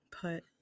put